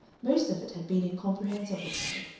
most of it had been incomprehensible to her,